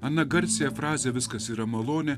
aną garsiąją frazę viskas yra malonė